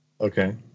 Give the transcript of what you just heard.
Okay